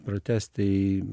pratęst tai